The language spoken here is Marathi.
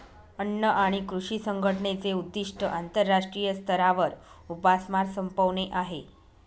अन्न आणि कृषी संघटनेचे उद्दिष्ट आंतरराष्ट्रीय स्तरावर उपासमार संपवणे आहे